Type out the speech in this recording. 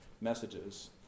messages